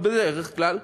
אבל בדרך כלל,